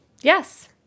Yes